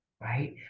right